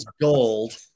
gold